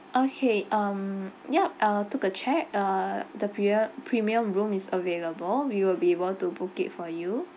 okay um yup I'll took a check uh the prie~ premium room is available we will be able to book it for you